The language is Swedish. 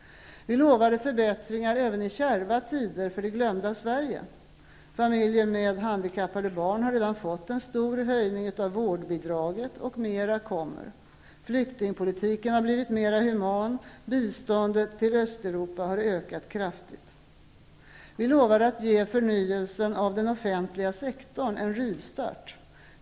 Vi lovade förbättringar även i kärva tider för det glömda Sverige. Familjer med handikappade barn har redan fått en stor höjning av vårdbidraget -- och mer kommer. Flyktingpolitiken har blivit mer human, och biståndet till Östeuropa har ökat kraftigt. Vi lovade att ge förnyelsen av den offentliga sektorn en rivstart.